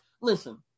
Listen